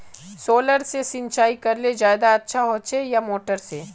Solar से सिंचाई करले ज्यादा अच्छा होचे या मोटर से?